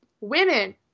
women